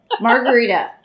Margarita